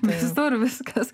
nežinau ar viskas